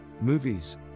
movies